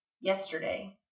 Yesterday